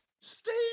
steve